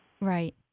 Right